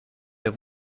der